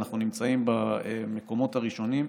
אנחנו נמצאים במקומות הראשונים.